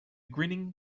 grinning